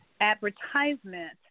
advertisement